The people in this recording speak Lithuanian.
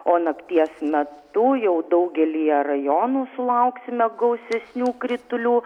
o nakties metu jau daugelyje rajonų sulauksime gausesnių kritulių